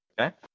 okay